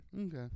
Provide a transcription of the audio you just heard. Okay